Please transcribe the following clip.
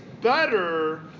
better